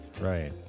right